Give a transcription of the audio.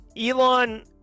Elon